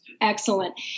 Excellent